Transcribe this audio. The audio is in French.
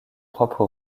propre